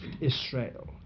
Israel